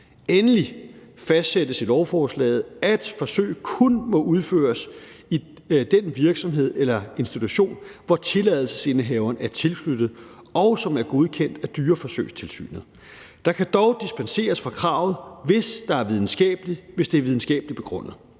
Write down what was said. Endelig fastsættes i lovforslaget, at forsøg kun må udføres i den virksomhed eller institution, hvor tilladelsesindehaveren er tilknyttet, og som er godkendt af Dyreforsøgstilsynet. Der kan dog dispenseres for kravet, hvis det er videnskabeligt begrundet.